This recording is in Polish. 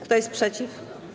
Kto jest przeciw?